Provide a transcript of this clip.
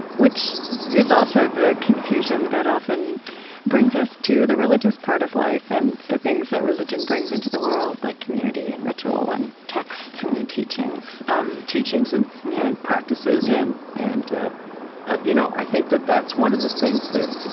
which is also the confusion that often brings us to the religious part of life and the things that religion brings into the world, like community and ritual and texts and teachings um teachings and yeah and practices yeah and and you know i think that that's one of the things that